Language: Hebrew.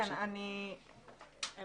לא